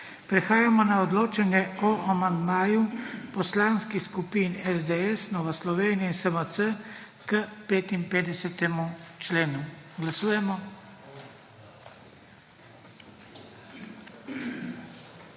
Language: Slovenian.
Prehajamo na odločane o amandmaju Poslanskih skupin SDS, Nova Slovenija in SMC k 69. členu. Glasujemo.